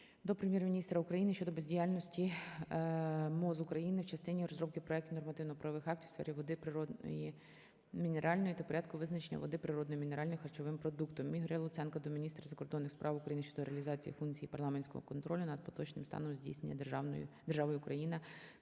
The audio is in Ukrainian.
до Прем'єр-міністра України щодо бездіяльності МОЗ України в частині розробки проектів нормативно-правових актів у сфері води природної мінеральної та порядку визначення води природної мінеральної харчовим продуктом. Ігоря Луценка до міністра закордонних справ України щодо реалізації функції парламентського контролю над поточним станом здійснення державою Україна